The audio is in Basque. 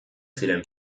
ziren